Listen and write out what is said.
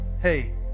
hey